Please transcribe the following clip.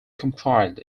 compiled